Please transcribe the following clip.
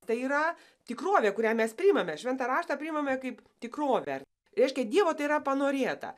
tai yra tikrovė kurią mes priimame šventą raštą priimame kaip tikrovę reiškia dievo tai yra panorėta